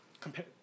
compare